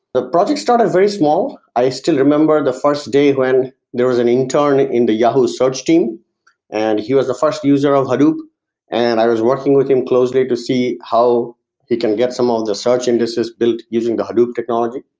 the project started very small, i still remember the first day when there was an intern in the yahoo search team and he was the first user of hadoop and i was working with him closely to see how he can get some on the search indices that's built using the hadoop technology.